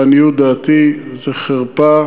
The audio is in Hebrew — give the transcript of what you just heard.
לעניות דעתי זו חרפה